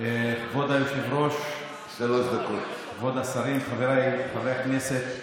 כבוד היושב-ראש, כבוד השרים, חבריי חברי הכנסת,